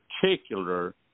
particular